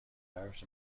irish